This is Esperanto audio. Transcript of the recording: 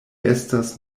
estas